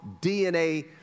DNA